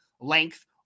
length